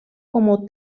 como